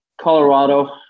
Colorado